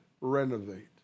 renovate